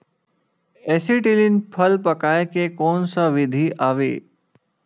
Acetylene फल पकाय के कोन सा विधि आवे?